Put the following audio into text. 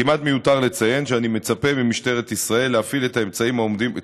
כמעט מיותר לציין שאני מצפה ממשטרת ישראל להפעיל את כל